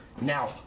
Now